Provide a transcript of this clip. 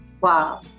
wow